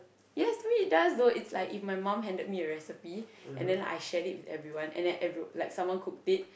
yes mean it does though it's like if my mum handed me a recipe and then like I shared it with everyone and then everyone like someone cooked it